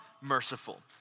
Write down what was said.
merciful